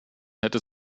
hätte